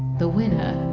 the winner.